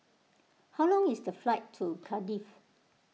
how long is the flight to Cardiff